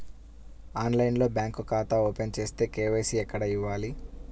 ఆన్లైన్లో బ్యాంకు ఖాతా ఓపెన్ చేస్తే, కే.వై.సి ఎక్కడ ఇవ్వాలి?